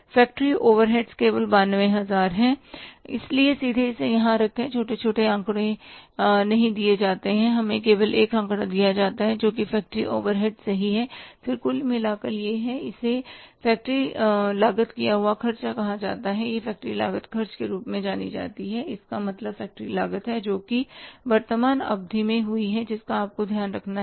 factory overheads केवल 92000 हैं इसलिए सीधे इसे यहां रखें हमें छोटे छोटे आंकड़े नहीं दिए जाते हैं हमें केवल एक आंकड़ा दिया जाता है जो कि फ़ैक्टरी ओवरहेड्स 92000 सही है और फिर कुल मिलाकर यह है इसे फ़ैक्टरी लागत किया हुआ ख़र्चा कहा जाता है यह फ़ैक्टरी लागत खर्च के रूप में जानी जाती है इनका मतलब फ़ैक्टरी लागत है जो कि वर्तमान अवधि में हुई है जिसे आपको ध्यान में रखना है